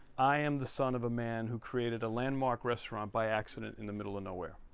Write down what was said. i am the son of a man who created a landmark restaurant by accident in the middle of nowhere